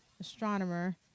astronomer